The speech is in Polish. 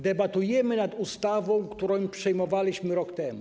Debatujemy nad ustawą, którą przyjmowaliśmy rok temu.